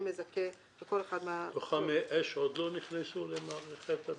מזכה בכל אחד --- לוחמי אש עוד לא נכנסו למערכת הביטחון?